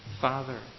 father